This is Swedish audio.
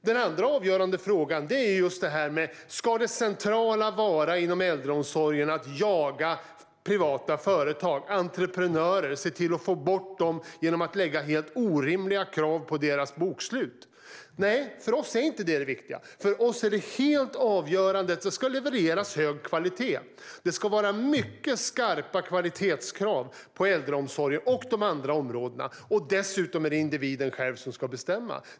Den andra avgörande frågan är om det centrala inom äldreomsorgen ska vara att jaga privata företag, entreprenörer, och se till att få bort dem genom att ställa helt orimliga krav på deras bokslut. Nej, för oss är inte detta det viktiga. För oss är det helt avgörande att det ska levereras hög kvalitet. Det ska vara mycket skarpa kvalitetskrav på äldreomsorgen och de andra områdena. Dessutom är det individen själv som ska bestämma.